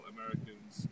Americans